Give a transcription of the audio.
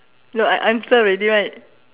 no I answer already right